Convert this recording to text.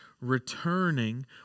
returning